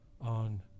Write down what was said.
on